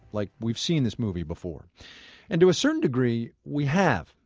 like we've seen this movie before and to a certain degree, we have.